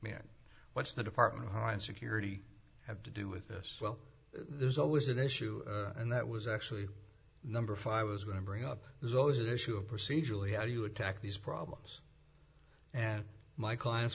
mean what's the department of homeland security have to do with this well there's always an issue and that was actually number five i was going to bring up there's always an issue of procedurally how do you attack these problems and my clients